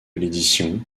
l’édition